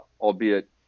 albeit